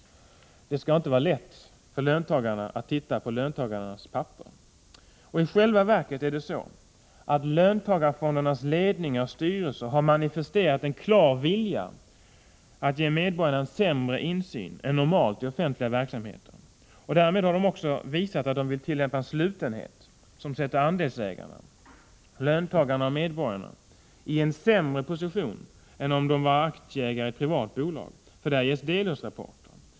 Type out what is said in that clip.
Det skall inte vara lätt för löntagarna att titta på löntagarnas papper. I själva verket är det så, att löntagarfondernas styrelser har manifesterat en klar vilja att ge medborgarna en sämre insyn än normalt i offentliga verksamheter. Därmed har de också visat att de vill tillämpa en slutenhet som sätter andelsägarna — löntagarna, medborgarna — i en sämre position än om dessa var aktieägare i ett privat bolag, där det ges delårsrapporter.